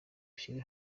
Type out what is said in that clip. ushyire